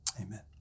Amen